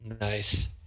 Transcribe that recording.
Nice